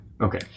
Okay